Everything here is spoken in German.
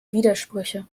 widersprüche